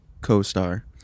co-star